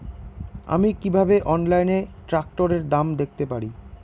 আমি কিভাবে অনলাইনে ট্রাক্টরের দাম দেখতে পারি?